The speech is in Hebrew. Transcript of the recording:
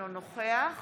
אינו נוכח